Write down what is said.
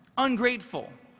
ungrateful,